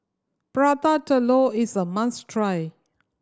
Prata Telur is a must try